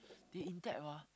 they in debt ah